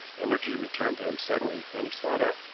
energy returned to him suddenly, and he sat up.